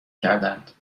کردهاند